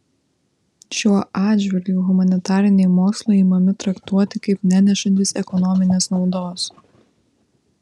šiuo atžvilgiu humanitariniai mokslai imami traktuoti kaip nenešantys ekonominės naudos